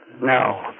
No